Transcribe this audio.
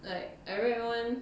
like everyone